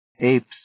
Apes